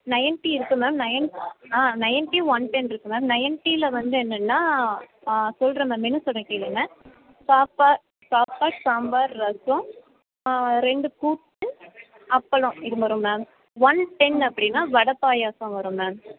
ninety இருக்குது ma'am nine ஆ ninety one ten இருக்குது மேம் நைன்ட்டீயில் வந்து என்னென்னா சொல்கிறேன் மேம் மெனு சொல்கிறேன் கேளுங்கள் சாப்பாடு சாப்பாடு சாம்பார் ரசம் ரெண்டு கூட்டு அப்பளம் இது வரும் மேம் ஒன் டென் அப்படின்னா வடை பாயாசம் வரும் மேம்